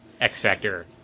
X-Factor